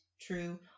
true